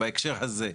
בהקשר הזה.